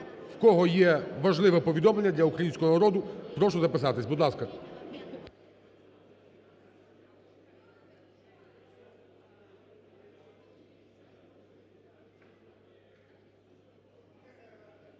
В кого є важливе повідомлення для українського народу, прошу записатись, будь ласка.